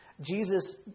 Jesus